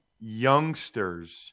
youngsters